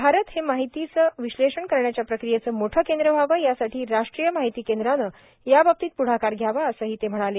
भारत हे माहितीचं विश्लेषण करण्याच्या प्रक्रियेचं मोठं केंद व्हावं यासाठी राष्ट्रीय माहिती केंद्रानं याबाबतीत प्ढाकार ध्यावा असंही ते म्हणाले